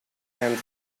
and